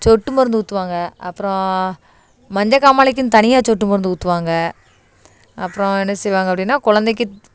சொட்டு மருந்து ஊற்றுவாங்க அப்புறம் மஞ்சக்காமாலைக்குனு தனியாக சொட்டுமருந்து ஊற்றுவாங்க அப்புறம் என்ன செய்வாங்க அப்படின்னா குழந்தைக்கி